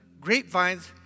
grapevines